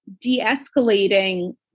de-escalating